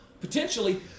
potentially